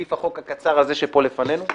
מסעיף החוק הקצר הזה שפה לפנינו,